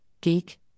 Geek